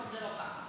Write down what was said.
זה לא ככה.